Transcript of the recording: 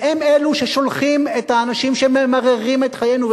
הם אלו ששולחים את האנשים שממררים את חיינו.